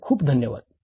आपले खूप धन्यवाद